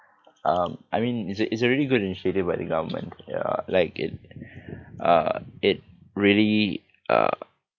um I mean it's a it's a really good initiative by the government ya like it uh it really uh